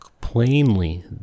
plainly